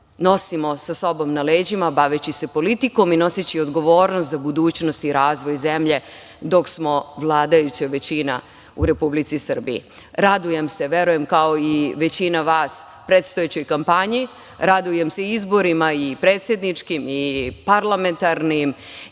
nosimo sa sobom na leđima baveći se politikom i noseći odgovornost za budućnost i razvoj zemlje, dok smo vladajuća većina u Republici Srbiji. Radujem se, verujem kao i većina vas, predstojećoj kampanji, radujem se izborima, i predsedničkim i parlamentarnim,